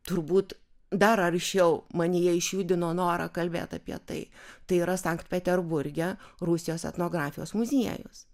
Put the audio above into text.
turbūt dar aršiau manyje išjudino norą kalbė apie tai tai yra sankt peterburge rusijos etnografijos muziejus